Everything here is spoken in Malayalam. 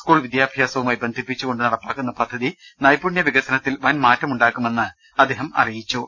സ്കൂൾ വിദ്യാഭ്യാസവുമായി ബന്ധിപ്പിച്ചു കൊണ്ട് നടപ്പാക്കുന്ന പദ്ധതി നൈപുണ്യ വികസനത്തിൽ വൻ മാറ്റം ഉണ്ടാ ക്കുമെന്ന് അദ്ദേഹം വൃക്തമാക്കി